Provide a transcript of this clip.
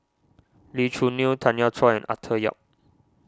Lee Choo Neo Tanya Chua Arthur Yap